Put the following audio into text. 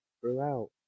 throughout